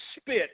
spit